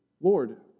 Lord